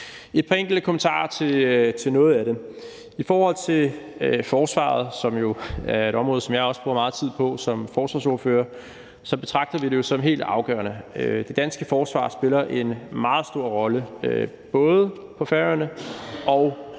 et par enkelte kommentarer til noget af det. I forhold til forsvaret, som jo er et område, jeg også bruger meget tid på som forsvarsordfører, betragter vi det som helt afgørende. Det danske forsvar spiller en meget stor rolle både på Færøerne og i Grønland